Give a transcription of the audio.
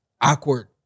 awkward